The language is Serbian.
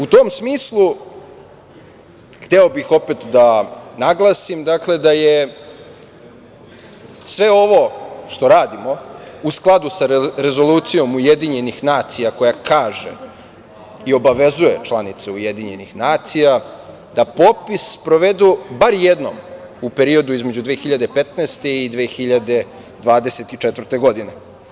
U tom smislu hteo bih opet da naglasim da je sve ovo što radimo u skladu sa Rezolucijom UN koja kaže i obavezuje članice UN da popis sprovedu bar jednom u periodu između 2015. i 2024. godine.